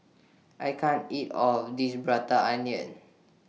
I can't eat All of This Prata Onion